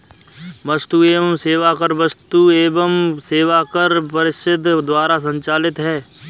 वस्तु एवं सेवा कर वस्तु एवं सेवा कर परिषद द्वारा संचालित है